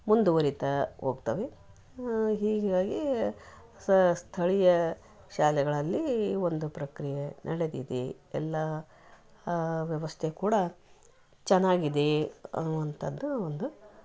ಮುಂದುವರಿತಾ ಹೋಗ್ತವೆ ಹೀಗಾಗಿ ಸ ಸ್ಥಳೀಯ ಶಾಲೆಗಳಲ್ಲಿ ಈ ಒಂದು ಪ್ರಕ್ರಿಯೆ ನಡೆದಿದೆ ಎಲ್ಲಾ ವ್ಯವಸ್ಥೆ ಕೂಡ ಚೆನ್ನಾಗಿದೆ ಅನ್ನುವಂಥದ್ದು ಒಂದು